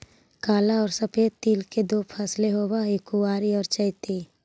काला और सफेद तिल की दो फसलें होवअ हई कुवारी और चैती